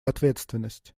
ответственность